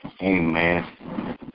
Amen